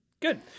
Good